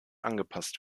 angepasst